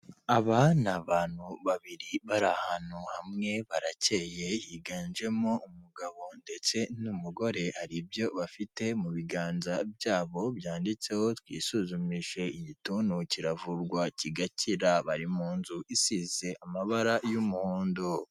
Aba ni abantu babiri bari ahantu hamwe, barakeye higanjemo umugabo ndetse n'umugore, hari ibyo bafite mu biganza byabo, byanditseho twisuzumishije igituntu kiravurwa kigakira, bari mu nzu isize amabara y'umuhondo.